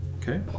Okay